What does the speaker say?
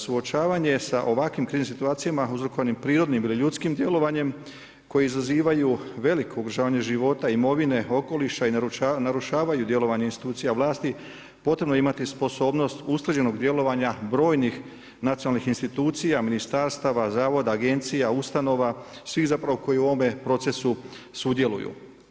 Suočavanje sa ovakvim kriznim situacijama uzrokovanim prirodnim ili ljudskim djelovanjem koje izazivaju veliko ugrožavanje života, imovine, okoliša i narušavaju djelovanje institucija vlasti potrebno je imati sposobnost usklađenog djelovanja brojnih nacionalnih institucija, ministarstava, zavoda, agencija, ustanova, svih zapravo koji u ovome procesu sudjeluju.